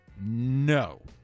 No